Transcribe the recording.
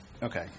Okay